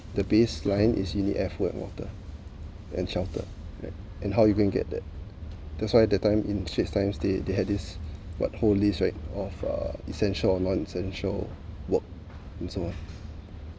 the baseline is you need air food and water and shelter correct and how you going to get that that's why that time in straits times they they had this whole list right of uh essential or non essential work and so on